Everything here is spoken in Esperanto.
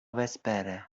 vespere